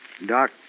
Doc